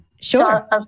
Sure